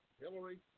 Hillary